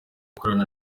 gukorana